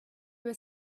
were